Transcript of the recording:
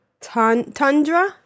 Tundra